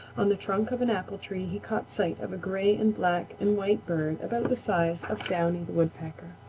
on the trunk of an apple-tree he caught sight of a gray and black and white bird about the size of downy the woodpecker.